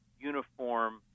uniform